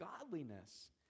godliness